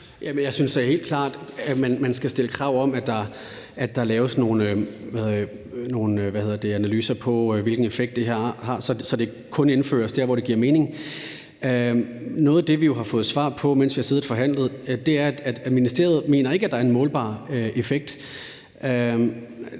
helt klart, at man skal stille krav om, at der laves nogle analyser på, hvilken effekt det her har, så det kun indføres der, hvor det giver mening. Noget af det, vi jo har fået svar på, mens vi har siddet og forhandlet, er, at ministeriet ikke mener, at der er en målbar effekt,